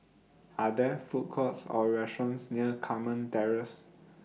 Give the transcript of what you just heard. Are There Food Courts Or restaurants near Carmen Terrace